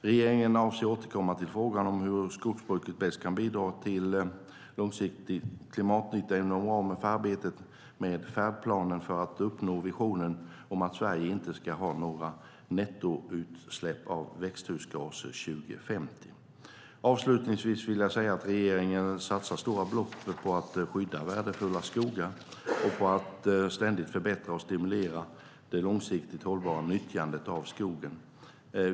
Regeringen avser att återkomma till frågan om hur skogsbruket bäst kan bidra till långsiktig klimatnytta inom ramen för arbetet med färdplanen för att uppnå visionen om att Sverige inte ska ha några nettoutsläpp av växthusgaser år 2050. Avslutningsvis vill jag säga att regeringen satsar stora belopp på att skydda värdefulla skogar och på att ständigt förbättra och stimulera det långsiktigt hållbara nyttjandet av skogen.